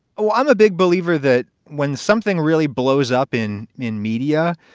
oh, i'm a big believer that when something really blows up in in media,